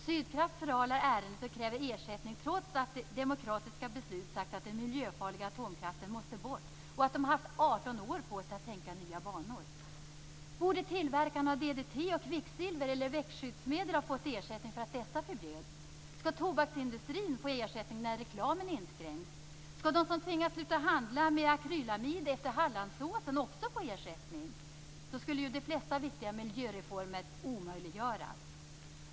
Sydkraft förhalar ärendet och kräver ersättning, trots att vi genom demokratiska beslut sagt att den miljöfarliga atomkraften måste bort, och trots att man har haft 18 år på sig att tänka i nya banor. Borde tillverkarna av DDT och kvicksilver eller växtskyddsmedel ha fått ersättning för att dessa medel förbjöds? Skall tobaksindustrin får ersättning när reklamen inskränks? Skall de som tvingas sluta handla med akrylamid efter det som hände i Hallandsåsen också få ersättning? Då skulle de flesta viktiga miljöreformer omöjliggöras.